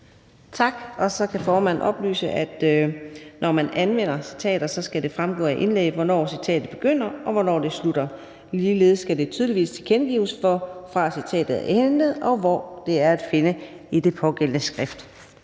Tak. Så kan formanden oplyse, at når man anvender citater, skal det fremgå af indlægget, hvornår citatet begynder, og hvornår det slutter. Ligeledes skal det tydeligt tilkendegives, hvorfra citatet er hentet, og hvor det er at finde i det pågældende skrift.